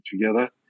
together